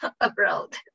abroad